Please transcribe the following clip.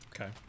Okay